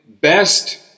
best